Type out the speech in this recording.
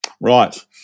Right